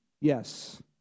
Yes